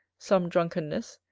some drunkenness,